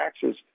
taxes